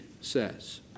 says